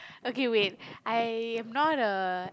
okay wait I am not a